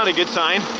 and good sign.